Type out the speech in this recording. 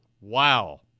wow